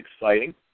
exciting